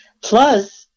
plus